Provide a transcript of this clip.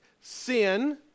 sin